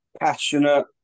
passionate